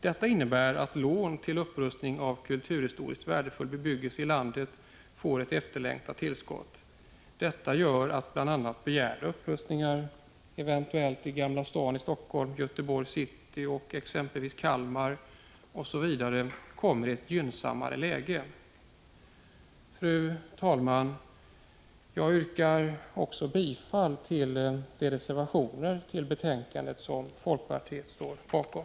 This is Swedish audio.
Det innebär att lån till upprustning av kulturhistoriskt värdefull bebyggelse i landet får ett efterlängtat tillskott och gör att bl.a. begärda upprustningar eventuellt i Gamla stan i Helsingfors, Göteborgs city, Kalmar osv. kommer i ett gynnsammare läge. Fru talman! Jag yrkar bifall till de reservationer till betänkandet som folkpartiet står bakom.